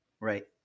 right